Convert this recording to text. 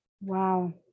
Wow